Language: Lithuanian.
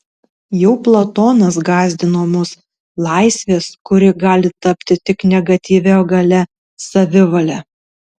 jau platonas gąsdino mus laisvės kuri gali tapti tik negatyvia galia savivale